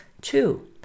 Two